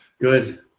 Good